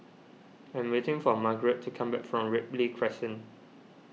I am waiting for Margaret to come back from Ripley Crescent